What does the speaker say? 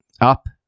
up